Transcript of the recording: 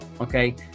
Okay